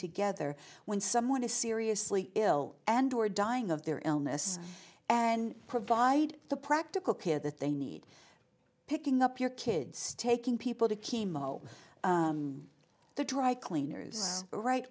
together when someone is seriously ill and or dying of their illness and provide the practical care that they need picking up your kids taking people to chemo the dry cleaners right